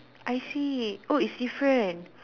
I see oh it's different